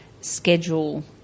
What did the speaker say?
schedule